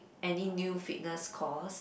any new fitness course